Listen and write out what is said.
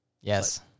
Yes